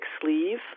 sleeve